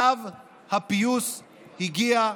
צו הפיוס הגיע,